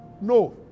No